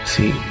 See